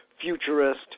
futurist